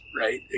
right